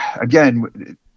again